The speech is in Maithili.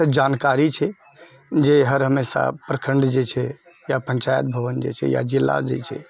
जानकारी छै जे हर हमेशा प्रखण्ड जे छै या पञ्चायत भवन जे छै या जिला जे छै